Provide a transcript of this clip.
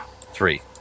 Three